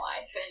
life